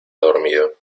dormido